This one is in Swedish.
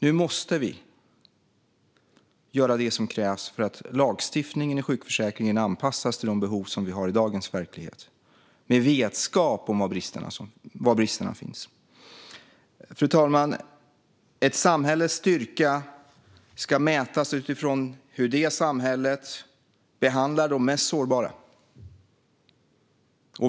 Nu måste vi göra det som krävs för att lagstiftningen för sjukförsäkringen ska anpassas till de behov som vi har i dagens verklighet - med vetskap om var bristerna finns. Fru talman! Ett samhälles styrka ska mätas utifrån hur det behandlar de mest sårbara.